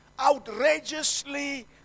outrageously